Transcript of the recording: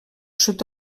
sud